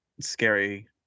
scary